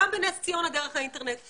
גם בנס ציונה דרך האינטרנט.